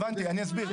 אני אסביר.